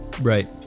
Right